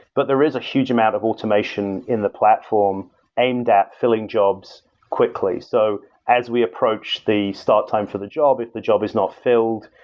but there is a huge amount of automation in the platform aimed at filling jobs quickly. so as we approached the start time for the job, if the job is not filled,